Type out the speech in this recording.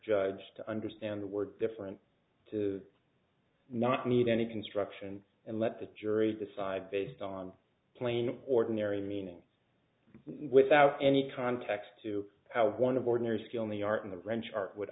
judge to understand were different to not need any construction and let the jury decide based on plain ordinary meaning without any context to how one of ordinary skill in the art in the ranch art would